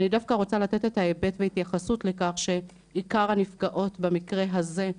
אני דווקא רוצה לתת את ההיבט בהתייחסות לכך שעיקר הנפגעות במקרה הזה,